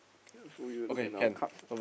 ya also we will look at our cards